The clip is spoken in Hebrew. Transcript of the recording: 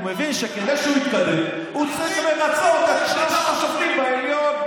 הוא מבין שכדי שהוא יתקדם הוא צריך לרצות את שלושת השופטים בעליון.